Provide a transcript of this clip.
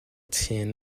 ten